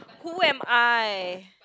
who am I